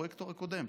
הפרויקטור הקודם,